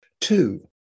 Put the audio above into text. Two